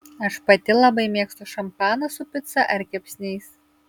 aš pati labai mėgstu šampaną su pica ar kepsniais